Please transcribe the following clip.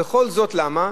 וכל זאת למה?